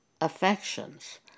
affections